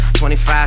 25